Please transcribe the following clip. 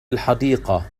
الحديقة